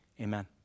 amen